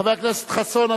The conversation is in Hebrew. חבר הכנסת חסון,